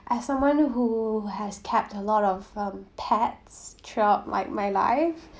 as someone who has kept a lot of um pets throughout my my life